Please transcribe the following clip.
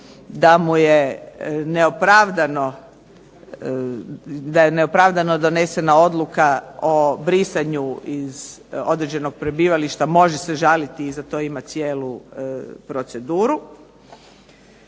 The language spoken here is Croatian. da je neopravdano donesena odluka o brisanju iz određenog prebivališta, može se žaliti za to i ima cijelu proceduru.